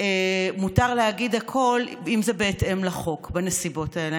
מותר להגיד הכול אם זה בהתאם לחוק, בנסיבות האלה?